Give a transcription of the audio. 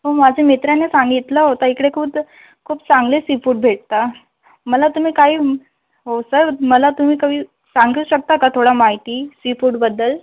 माझ्या मित्रानी सांगितलं होतं इकडे खुद खूप चांगले सीफूड भेटता मला तुम्ही काही हो सर मला तुम्ही कवी सांगू शकता का थोडा माहिती सीफूडबद्दल